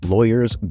Lawyers